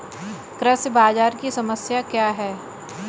कृषि बाजार की समस्या क्या है?